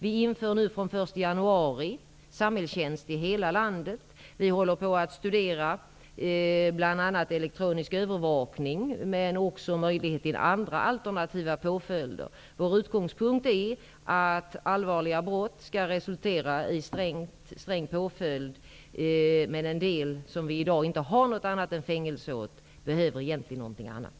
Vi inför från den 1 januari samhällstjänst i hela landet. Vi håller på att studera bl.a. elektronisk övervakning, men också möjlighet till andra alternativa påföljder. Vår utgångspunkt är att allvarliga brott skall resultera i sträng påföljd. Men en del personer som har begått brott, som vi i dag inte har något annat än fängelse åt, behöver egentligen någonting annat.